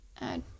Add